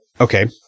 okay